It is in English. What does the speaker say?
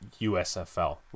USFL